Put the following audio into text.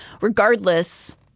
Regardless